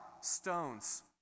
stones